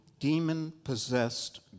demon-possessed